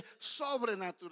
sobrenatural